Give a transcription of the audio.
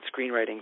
screenwriting